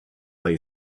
lay